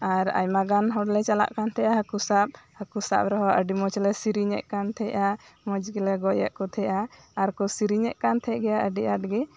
ᱟᱨ ᱟᱭᱢᱟᱜᱟᱱ ᱦᱚᱲᱞᱮ ᱪᱟᱞᱟᱜ ᱠᱟᱱ ᱛᱟᱦᱮᱱᱟ ᱦᱟᱠᱩ ᱥᱟᱵ ᱦᱟᱹᱠᱩ ᱥᱟᱵ ᱨᱮᱦᱚᱸ ᱟᱹᱰᱤ ᱢᱚᱪᱞᱮ ᱥᱮᱨᱮᱧᱮᱫ ᱠᱟᱱᱛᱟᱦᱮᱸᱜᱼᱟ ᱢᱚᱪᱜᱮᱞᱮ ᱜᱚᱡᱮᱫ ᱠᱩ ᱛᱟᱦᱮᱸᱜᱼᱟ ᱟᱨᱠᱩ ᱥᱮᱨᱮᱧᱮᱫ ᱠᱟᱱ ᱛᱟᱦᱮᱸᱫ ᱜᱮᱭᱟ ᱟᱹᱰᱤ ᱟᱸᱴᱜᱤ